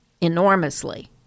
enormously